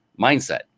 mindset